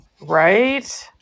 right